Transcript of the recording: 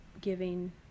giving